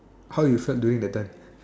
how you start doing that time